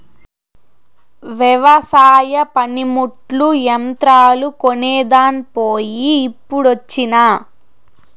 వెవసాయ పనిముట్లు, యంత్రాలు కొనేదాన్ పోయి ఇప్పుడొచ్చినా